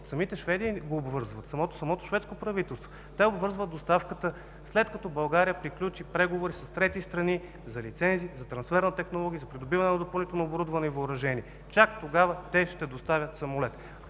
Основният риск обвързва самото шведско правителство. Те обвързват доставката – след като България приключи преговори с трети страни за лицензи, за трансфер на технологии, за придобиване на допълнително оборудване и въоръжение. Чак тогава те ще доставят самолет.